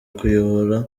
kuyobora